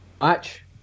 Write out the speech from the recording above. match